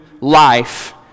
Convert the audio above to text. life